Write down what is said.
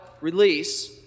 release